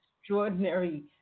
extraordinary